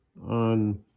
on